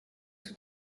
tout